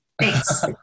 Thanks